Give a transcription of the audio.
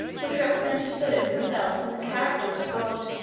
which represented philip himself in the character of a god.